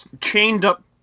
chained-up